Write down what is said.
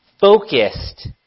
focused